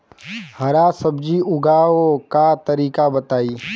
हरा सब्जी उगाव का तरीका बताई?